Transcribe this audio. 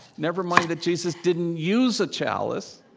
never mind that jesus didn't use a chalice?